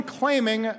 claiming